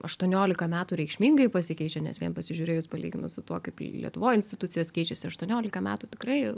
aštuoniolika metų reikšmingai pasikeičia nes vien pasižiūrėjus palyginus su tuo kaip lietuvoj institucijos keičiasi aštuoniolika metų tikrai